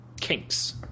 kinks